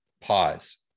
pause